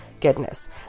goodness